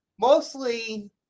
mostly